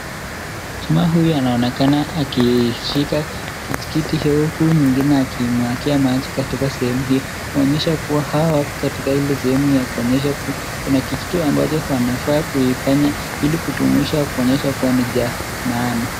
Jamaa huyu anaonekana akishika kijiko ,huku mwingine akimwagia maji katika sehemu hiyo, kuonyesha kuwa hawa wako katika ile sehemu ya kuonyesha kuwa kuna kitu ambacho wanafaa kuifanya ili kutumbuisha na kuonyesha kuwa ni cha maana.